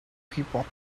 people